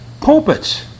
pulpits